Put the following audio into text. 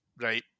right